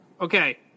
Okay